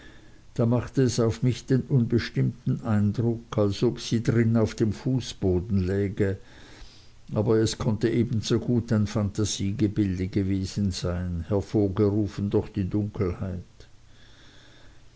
da machte es auf mich den unbestimmten eindruck als ob sie drin auf dem fußboden läge aber es konnte ebensogut ein phantastegebilde gewesen sein hervorgerufen durch die dunkelheit